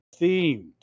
themed